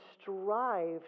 strive